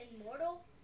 Immortal